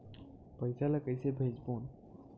पईसा ला कइसे भेजबोन?